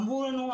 אמרו לנו,